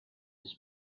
his